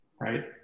right